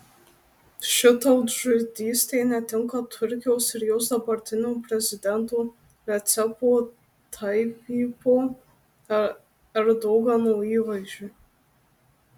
ši tautžudystė netinka turkijos ir jos dabartinio prezidento recepo tayyipo erdogano įvaizdžiui